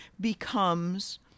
becomes